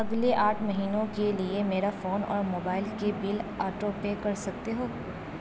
اگلے آٹھ مہینوں کے لیے میرا فون اور موبائل کے بل آٹو پے کر سکتے ہو